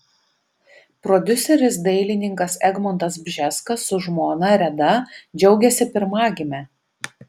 prodiuseris dailininkas egmontas bžeskas su žmona reda džiaugiasi pirmagime